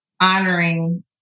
honoring